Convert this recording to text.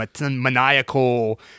maniacal